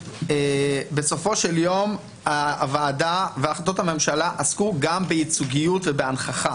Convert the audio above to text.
בסופו של יום הוועדה והחלטות הממשלה עסקו גם בייצוגיות ובהנכחה,